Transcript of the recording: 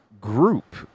group